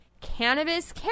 cannabis